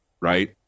Right